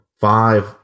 five